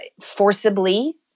forcibly